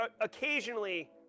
Occasionally